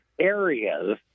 areas